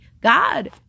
God